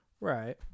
Right